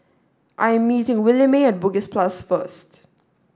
I am meeting Williemae at Bugis plus first